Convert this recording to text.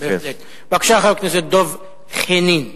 לדב חנין ברמיזא.